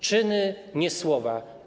Czyny, nie słowa.